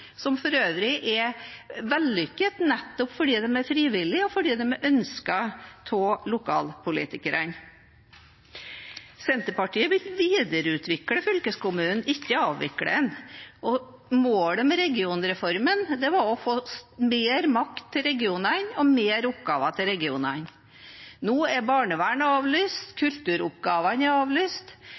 som for øvrig er vellykket nettopp fordi de er frivillige, og fordi de er ønsket av lokalpolitikerne. Senterpartiet vil videreutvikle fylkeskommunen, ikke avvikle den. Målet med regionreformen var å få mer makt til regionene og flere oppgaver til regionene. Nå er barnevernet avlyst, kulturoppgavene er avlyst,